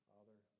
Father